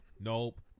nope